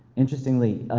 interestingly,